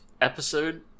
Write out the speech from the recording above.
episode